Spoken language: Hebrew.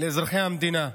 לאזרחי המדינה,